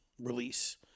release